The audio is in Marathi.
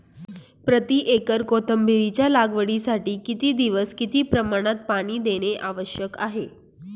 प्रति एकर कोथिंबिरीच्या लागवडीसाठी किती दिवस किती प्रमाणात पाणी देणे आवश्यक आहे?